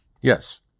Yes